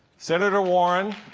senator warren